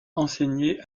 enseigné